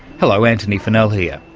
hello, antony funnell here.